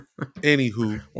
Anywho